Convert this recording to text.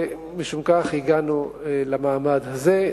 ומשום כך הגענו למעמד הזה.